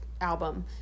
album